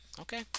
Okay